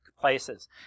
places